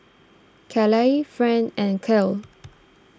Calla Friend and Kale